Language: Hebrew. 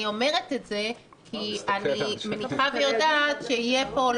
אני אומרת את זה כי אני מניחה ויודעת שיהיו לא